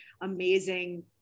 amazing